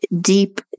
deep